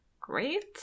great